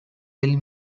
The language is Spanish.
del